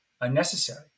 unnecessary